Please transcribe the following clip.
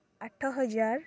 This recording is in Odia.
ଆଠ ହଜାର